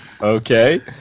Okay